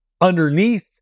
underneath